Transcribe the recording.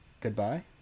Goodbye